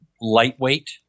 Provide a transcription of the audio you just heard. lightweight